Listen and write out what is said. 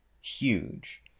huge